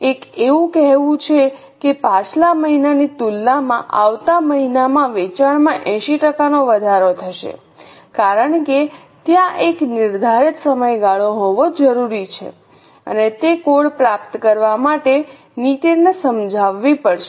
એક એવું કહેવું છે કે પાછલા મહિનાની તુલનામાં આવતા મહિનામાં વેચાણમાં 80 ટકાનો વધારો થશે કારણ કે ત્યાં એક નિર્ધારિત સમયગાળો હોવો જરૂરી છે અને તે કોડ પ્રાપ્ત કરવા માટે નીતિને સમજાવવી પડશે